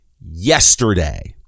yesterday